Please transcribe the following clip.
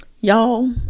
Y'all